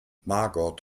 margot